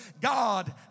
God